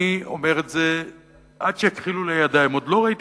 אני אומר את זה עד שיכחילו לי הידיים: עוד לא ראיתי